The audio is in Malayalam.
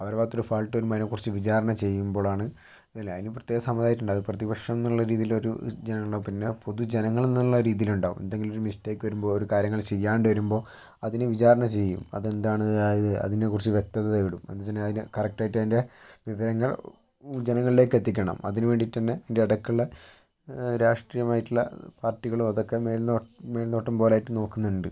അവരുടെ ഭാഗത്ത് ഒരു ഫാൾട്ട് വരുമ്പം അതിനെ കുറിച്ച് വിചാരണ ചെയ്യുമ്പോഴാണ് അല്ല അതിന് പ്രത്യേക സമുദായായിട്ടുണ്ട് അത് പ്രതിപക്ഷം എന്നുള്ള രീതിയില് ഒരു ജനലുണ്ടാവും പിന്നെ പൊതു ജനങ്ങള് എന്നുള്ള രീതിയിലുണ്ടാകും എന്തെങ്കിലുമൊരു മിസ്റ്റേക്ക് വരുമ്പോൾ ഒരു കാര്യങ്ങള് ചെയ്യാണ്ട് വരുമ്പോൾ അതിനെ വിചാരണ ചെയ്യും അതെന്താണ് അത് അതിനെ കുറിച്ച് വ്യക്തത തേടും എന്തെന്ന് വെച്ചിട്ടുണ്ടെങ്കിൽ അതിൻ്റെ കറക്റ്റ് ആയിട്ടതിൻ്റെ വിവരങ്ങൾ ഉ ജനങ്ങളിലേക്ക് എത്തിക്കണം അതിനു വേണ്ടിയിട്ട് തന്നെ ഇടയ്ക്കുള്ള രാഷ്ട്രീയമായിട്ടുള്ള പാർട്ടികളും അതൊക്കെ മേൽനോട്ട് മേൽനോട്ടം പോലായിട്ട് നോക്കുന്നുണ്ട്